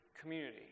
community